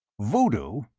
voodoo?